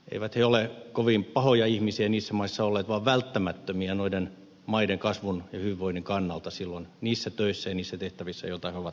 eivät he ole kovin pahoja ihmisiä niissä maissa olleet vaan välttämättömiä noiden maiden kasvun ja hyvinvoinnin kannalta silloin niissä töissä ja niissä tehtävissä joita he ovat tehneet